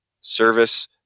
service